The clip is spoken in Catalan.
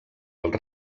els